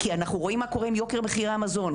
כי אנחנו רואים מה קורה עם יוקר מחירי המזון,